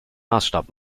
maßstab